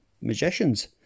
magicians